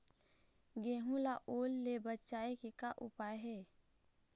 गेहूं ला ओल ले बचाए के का उपाय हे?